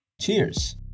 Cheers